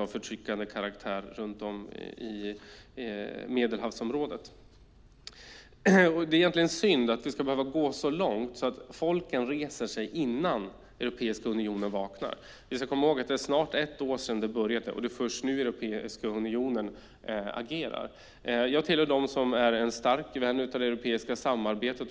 av förtryckande karaktär runt om i Medelhavsområdet. Det är egentligen synd att det ska behöva gå så långt som att folken reser sig innan Europeiska unionen vaknar. Vi ska komma ihåg att det är snart ett år sedan det började, och det är först nu som Europeiska unionen agerar. Jag tillhör dem som är starka vänner av det europeiska samarbetet.